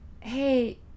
hey